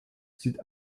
sieht